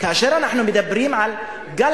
כאשר אנחנו מדברים על גל